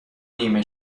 نیمه